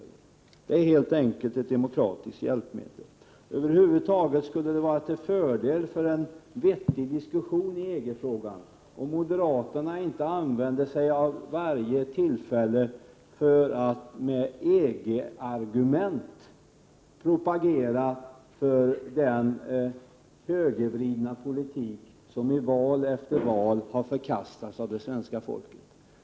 Denna lagstiftning är helt enkelt ett demokratiskt hjälpmedel. Över huvud taget skulle det vara till fördel för en vettig diskussion i EG-frågan om moderaterna inte använde varje tillfälle för att med EG argument propagera för den högervridna politik som i val efter val har förkastats av det svenska folket.